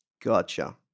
Gotcha